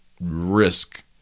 risk